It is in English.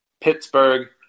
Pittsburgh